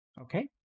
Okay